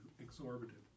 exorbitant